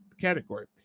category